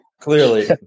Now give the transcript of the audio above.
Clearly